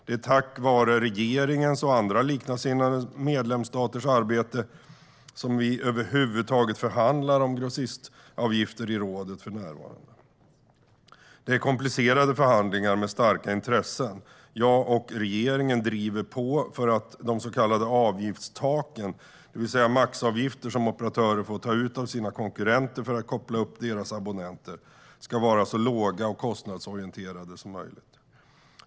Det är tack vare regeringens och andra likasinnade medlemsstaters arbete som vi över huvud taget förhandlar om grossistavgifter i rådet för närvarande. Det är komplicerade förhandlingar med starka intressen. Jag och regeringen driver på för att de så kallade avgiftstaken, det vill säga de maxavgifter som operatörer får ta ut av sina konkurrenter för att koppla upp deras abonnenter, ska vara så låga och kostnadsorienterade som möjligt.